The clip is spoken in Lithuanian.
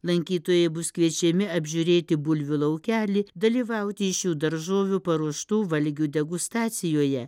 lankytojai bus kviečiami apžiūrėti bulvių laukelį dalyvauti iš šių daržovių paruoštų valgių degustacijoje